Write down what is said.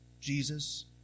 Jesus